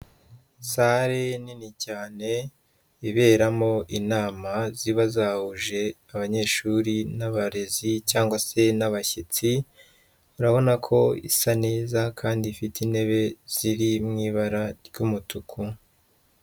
Salle nini cyane, iberamo inama ziba zahuje abanyeshuri n'abarezi cyangwa se n'abashyitsi, urabona ko isa neza kandi ifite intebe ziri mu ibara ry'umutuku.